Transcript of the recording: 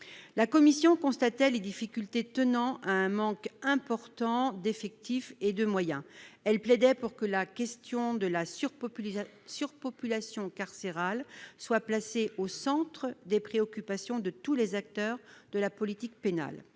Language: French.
La commission constatait les difficultés liées à un manque important d'effectifs et de moyens et plaidait pour que la question de la surpopulation carcérale soit placée au centre des préoccupations de tous les acteurs de la politique pénale.